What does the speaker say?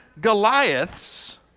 Goliaths